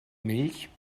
milch